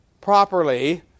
properly